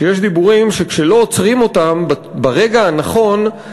שיש דיבורים שכשלא עוצרים אותם ברגע הנכון,